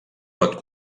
pot